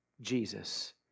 Jesus